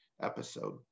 episode